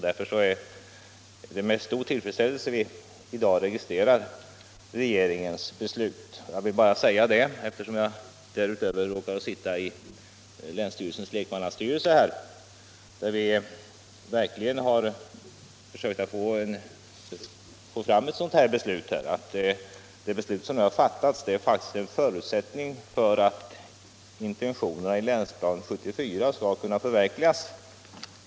Därför är det med stor tillfredsställelse som vi i dag registrerar regeringens beslut. Jag har velat säga detta också därför att jag råkar sitta med i länsstyrelsens lekmannastyrelse, där vi verkligen har försökt att få fram ett sådant beslut som nu har fattats och som faktiskt varit en förutsättning för att intentionerna i Länsplan 74 skulle kunna förverkligas.